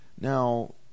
Now